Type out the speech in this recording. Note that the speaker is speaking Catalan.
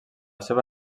seva